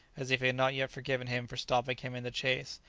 as if he had not yet forgiven him for stopping him in the chase.